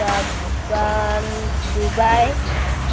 Japan Dubai